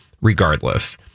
Regardless